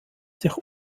sich